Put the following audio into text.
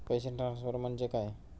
पैसे ट्रान्सफर म्हणजे काय?